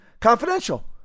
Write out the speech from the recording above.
confidential